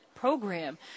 program